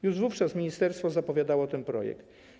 Już wówczas ministerstwo zapowiadało ten projekt.